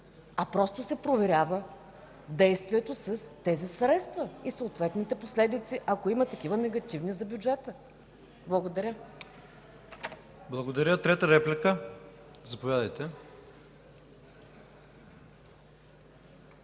а просто се проверява действието с тези средства и съответните последици, ако има такива негативни за бюджета. Благодаря. ПРЕДСЕДАТЕЛ ИВАН ИВАНОВ: Благодаря.